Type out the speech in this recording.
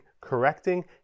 correcting